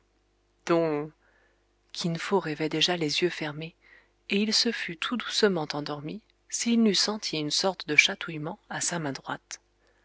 dont kinfo rêvait déjà les yeux fermés et il se fût tout doucement endormi s'il n'eût senti une sorte de chatouillement à sa main droite